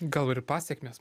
gal ir pasekmės